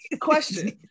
Question